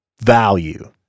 value